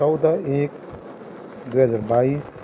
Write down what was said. चौध एक दुई हजार बाइस